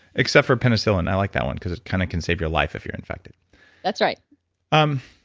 except for penicillin. i like that one because it kind of can save your life if you're infected that's right um